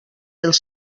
els